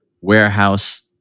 warehouse